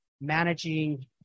managing